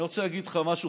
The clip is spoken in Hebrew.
אני רוצה להגיד לך משהו,